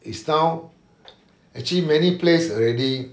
it's now actually many place already